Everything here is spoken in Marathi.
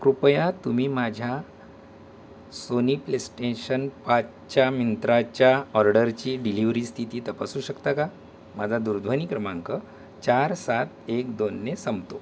कृपया तुम्ही माझ्या सोनी प्लेस्टेंशन पाचच्या मिंत्राच्या ऑर्डरची डिलिवरी स्थिती तपासू शकता का माझा दूरध्वनी क्रमांक चार सात एक दोनने संपतो